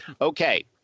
Okay